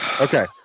Okay